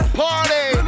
party